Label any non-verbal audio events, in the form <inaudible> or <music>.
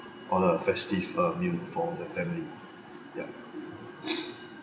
order a festives uh meal for the family ya <breath>